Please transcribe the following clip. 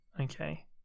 okay